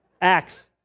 Acts